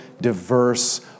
diverse